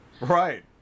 Right